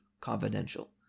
confidential